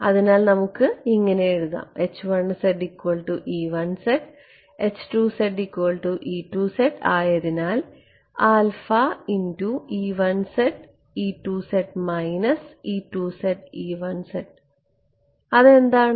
അതിനാൽ നമുക്ക് ഇങ്ങനെ എഴുതാം ആയതിനാൽ അത് എന്താണ്